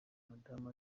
madamu